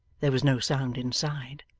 there was no sound inside.